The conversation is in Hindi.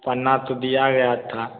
पन्ना तो दिया गया था